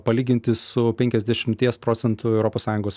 palyginti su penkiasdešimties procentų europos sąjungos